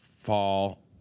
fall